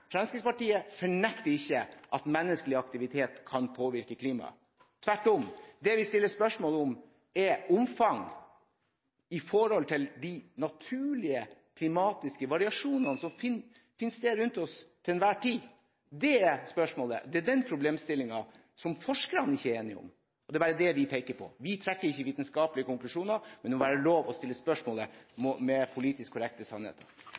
Fremskrittspartiet fornekter ikke at menneskelig aktivitet kan påvirke klimaet. Tvert om. Det vi stiller spørsmål ved, er omfanget i forhold til de naturlige klimatiske variasjonene som finnes til enhver tid. Det er spørsmålet, og det er den problemstillingen som forskerne ikke er enige om. Det er bare det vi peker på. Vi trekker ikke vitenskapelige konklusjoner, men det må være lov å stille spørsmål ved politisk korrekte sannheter.